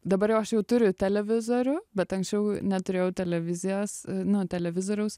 dabar jau aš jau turiu televizorių bet anksčiau neturėjau televizijos nu televizoriaus